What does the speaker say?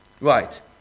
Right